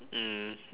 mm